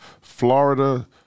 Florida